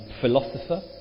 philosopher